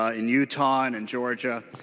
ah in utah and and georgia.